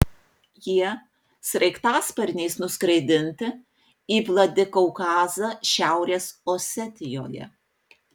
jie sraigtasparniais nuskraidinti į vladikaukazą šiaurės osetijoje